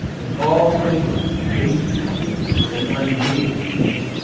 and all new england hated him with an unyielding hate.